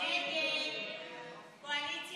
ההסתייגות (11) של קבוצת סיעת